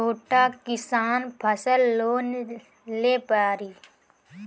छोटा किसान फसल लोन ले पारी?